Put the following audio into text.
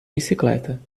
bicicleta